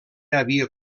havia